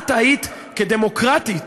את כדמוקרטית